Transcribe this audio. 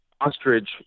ostrich